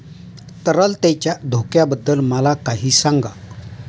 तरलतेच्या धोक्याबद्दल मला काही सांगा